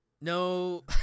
no